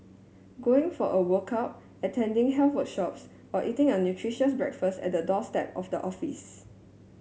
going for a workout attending health workshops or eating a nutritious breakfast at the doorstep of the office